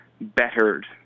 bettered